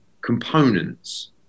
components